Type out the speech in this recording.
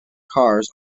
cars